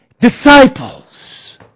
Disciples